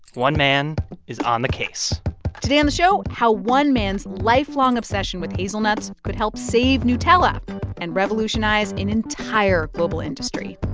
one man is on the case today on the show how one man's lifelong obsession with hazelnuts could help save nutella and revolutionize an entire global industry